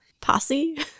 Posse